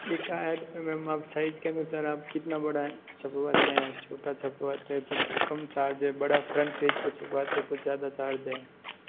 लिखा है तो मैम अब साइज़ के अनुसार है कितना बड़ा है छपवाते हैं छोटा छपवाते हैं तो कम चार्ज है बड़ा फ्रन्ट पेज पे छपवाते है तो ज़्यादा चार्ज है